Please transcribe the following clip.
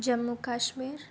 Jammu Kashmir